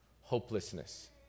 hopelessness